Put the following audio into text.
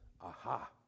aha